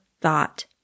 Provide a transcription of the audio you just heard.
thought